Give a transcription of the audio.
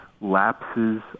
lapses